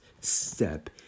step